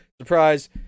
Surprise